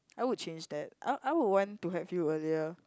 I would change that I I would want to have you earlier